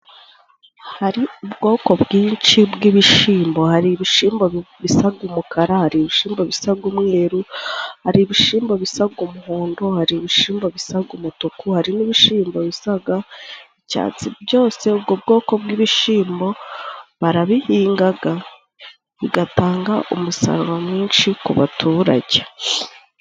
Hari ubwoko bwinshi bw’ibishimbo: hari ibishimbo bisaga umukara, hari ibishimbo bisaga umweru, hari ibishimbo bisaga umuhondo, hari ibishimbo bisaga umutuku, hari n’ibishimbo bisaga icyatsi. Byose ubwo bwoko bw’ibishimbo barabihingaga, bigatanga umusaruro mwinshi ku baturage.